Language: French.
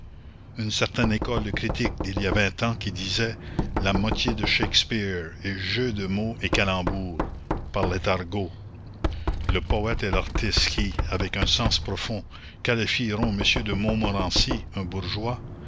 une certaine école de critique d'il y a vingt ans qui disait la moitié de shakespeare est jeux de mots et calembours parlait argot le poète et l'artiste qui avec un sens profond qualifieront m de montmorency un bourgeois